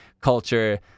culture